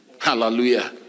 Hallelujah